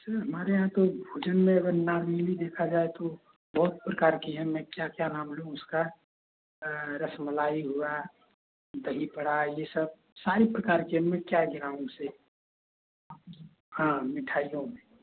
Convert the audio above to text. sir हमारे यहाँ तो भोजन में अगर नॉर्मली देखा जाए तो बहुत प्रकार की है मैं क्या क्या नाम लूँ उसका रसमलाई हुआ दही बड़ा यह सब सारी प्रकार की अब मैं क्या गिनाऊँ उसे हाँ मिठाइयों में